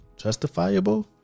Justifiable